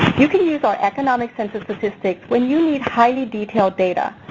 you can use our economic census statistics when you need highly detailed data.